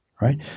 right